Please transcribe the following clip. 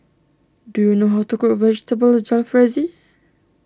do you know how to cook Vegetable Jalfrezi